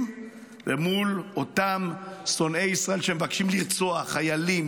ומול אותם שונאי ישראל שמבקשים לרצוח חיילים,